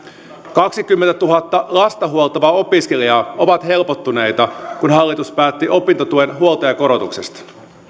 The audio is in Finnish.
kaksikymmentätuhatta lasta huoltavaa opiskelijaa ovat helpottuneita kun hallitus päätti opintotuen huoltajakorotuksesta